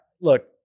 Look